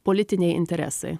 politiniai interesai